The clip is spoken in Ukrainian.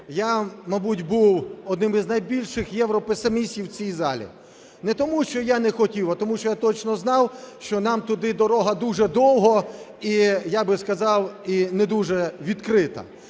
Я, мабуть, був одним із найбільших європесимістів в цій залі не тому, що я не хотів, а тому, що я точно знав, що нам туди дорога дуже довга і я би сказав, і не дуже відкрита.